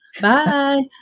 Bye